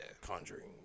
Conjuring